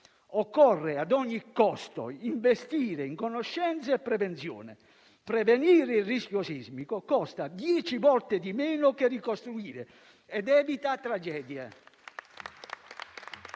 Occorre ad ogni costo investire in conoscenza e prevenzione. Prevenire il rischio sismico costa dieci volte di meno che ricostruire ed evita tragedie.